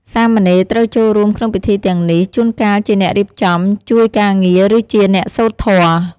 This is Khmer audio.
សាមណេរត្រូវចូលរួមក្នុងពិធីទាំងនេះ ជួនកាលជាអ្នករៀបចំ ជួយការងារ ឬជាអ្នកសូត្រធម៌។